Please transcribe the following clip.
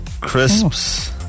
crisps